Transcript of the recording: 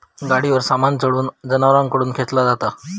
गाडीवर सामान चढवून जनावरांकडून खेंचला जाता